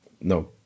No